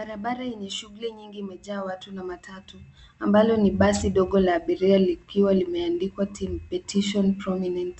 Barabara yenye shughuli nyingi imejaa watu na matatu ambalo ni basi dogo la abiria likiwa limeandikwa Team Petition Prominent .